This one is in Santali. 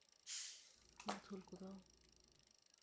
ᱯᱩᱨᱩᱫᱷᱩᱞ ᱠᱚᱫᱚ